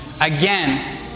again